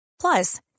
plus